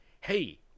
hey